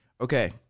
Okay